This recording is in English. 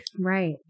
Right